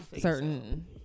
certain